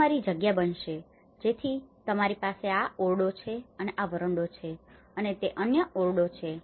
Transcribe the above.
આ તમારી જગ્યા બનશે જેથી તમારી પાસે આ ઓરડો છે અને આ વરંડો છે અને તે અન્ય ઓરડો છે